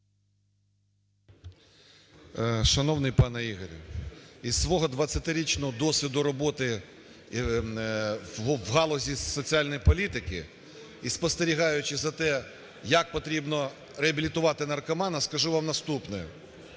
Шановний пане Ігорю, із свого 20-річного досвіду роботу в галузі соціальної політики і спостерігаючи за тим, як потрібно реабілітувати наркомана, скажу вам наступне.